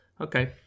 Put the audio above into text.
Okay